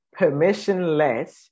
Permissionless